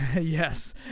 Yes